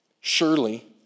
Surely